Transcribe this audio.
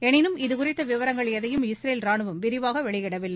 எளினும் இது குறித்த விவரங்கள் எதையும் இஸ்ரேல் ராணுவம் விரிவாக வெளியிடவில்லை